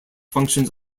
functions